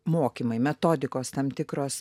mokymai metodikos tam tikros